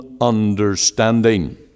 understanding